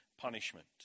punishment